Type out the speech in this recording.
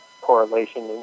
correlation